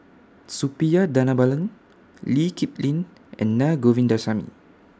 Suppiah Dhanabalan Lee Kip Lin and Na Govindasamy